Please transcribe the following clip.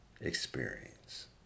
experience